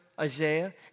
Isaiah